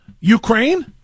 Ukraine